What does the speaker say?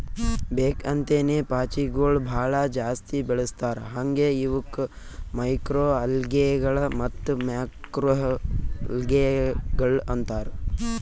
ಬೇಕ್ ಅಂತೇನೆ ಪಾಚಿಗೊಳ್ ಭಾಳ ಜಾಸ್ತಿ ಬೆಳಸ್ತಾರ್ ಹಾಂಗೆ ಇವುಕ್ ಮೈಕ್ರೊಅಲ್ಗೇಗಳ ಮತ್ತ್ ಮ್ಯಾಕ್ರೋಲ್ಗೆಗಳು ಅಂತಾರ್